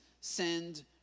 send